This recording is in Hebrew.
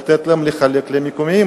לתת להם, לחלק למקומיים.